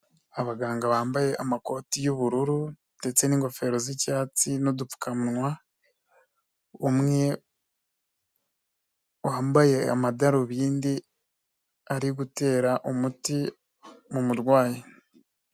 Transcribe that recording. Abaganga bambaye amakoti y'ubururu ndetse n'ingofero z'icyatsi n'udupfukawa, umwe wambaye amadarubindi ari gutera umuti mu murwayi.